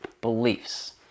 beliefs